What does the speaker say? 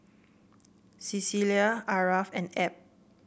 Cecelia Aarav and Ebb